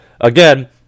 again